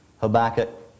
Habakkuk